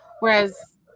Whereas